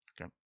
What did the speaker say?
Okay